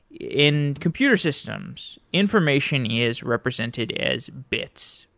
in computer systems, information is represented as bits.